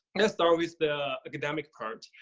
let's start with the academic part.